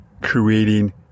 creating